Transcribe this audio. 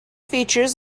features